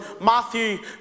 Matthew